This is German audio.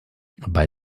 bei